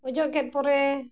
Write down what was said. ᱚᱡᱚᱜ ᱠᱮᱫ ᱯᱚᱨᱮ